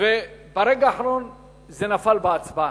וברגע האחרון זה נפל בהצבעה.